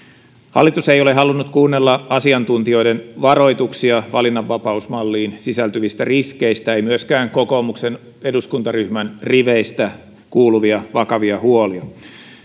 hallitus ei ole halunnut kuunnella asiantuntijoiden varoituksia valinnanvapausmalliin sisältyvistä riskeistä ei myöskään kokoomuksen eduskuntaryhmän riveistä kuuluvia vakavia huolia